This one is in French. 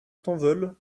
tanvol